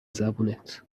زبونت